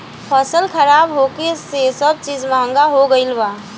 फसल खराब होखे से सब चीज महंगा हो गईल बा